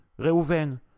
Reuven